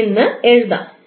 എന്ന് എഴുതാം